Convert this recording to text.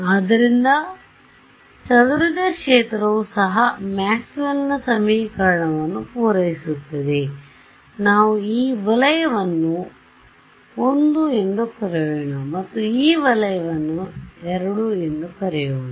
ಆದ್ದರಿಂದ ಚದುರಿದ ಕ್ಷೇತ್ರವು ಸಹ ಮ್ಯಾಕ್ಸ್ವೆಲ್ನ ಸಮೀಕರಣಗಳನ್ನು ಪೂರೈಸುತ್ತದೆ ಆದ್ದರಿಂದ ನಾವು ಈ ವಲಯವನ್ನು I ಎಂದು ಕರೆಯೋಣ ಮತ್ತು ಈ ವಲಯ ವನ್ನು II ಎಂದು ಕರೆಯೋಣ